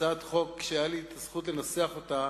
הצעת חוק שהיה לי הזכות לנסח אותה,